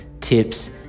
tips